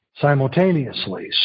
Simultaneously